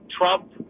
Trump-